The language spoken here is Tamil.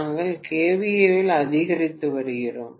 நாங்கள் kVA இல் அதிகரித்து வருகிறோம்